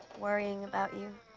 worrying about you.